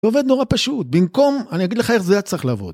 הוא עובד נורא פשוט, במקום אני אגיד לך איך זה היה צריך לעבוד.